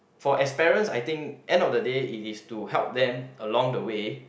for as parents I think end of the day it is to help them along the way